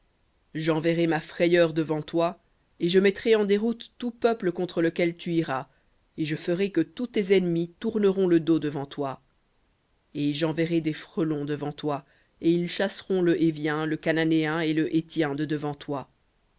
j'enverrai ma frayeur devant toi et je mettrai en déroute tout peuple contre lequel tu iras et je ferai que tous tes ennemis tourneront le dos devant toi et j'enverrai des frelons devant toi et ils chasseront le hévien le cananéen et le héthien de devant toi